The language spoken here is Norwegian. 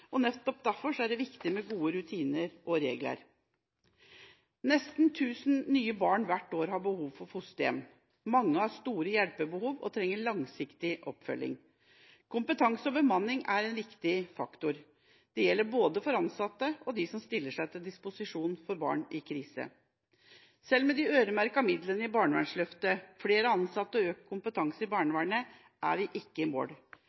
viktig med gode rutiner og regler. Nesten 1 000 nye barn hvert år har behov for fosterhjem. Mange har store hjelpebehov og trenger langsiktig oppfølging. Kompetanse og bemanning er en viktig faktor. Det gjelder både ansatte og de som stiller seg til disposisjon for barn i krise. Selv med de øremerkede midla i barnevernsløftet, flere ansatte og økt kompetanse i barnevernet er vi ikke i mål.